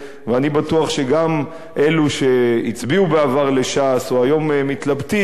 ואני בטוח שגם אלה שהצביעו בעבר לש"ס או היום מתלבטים,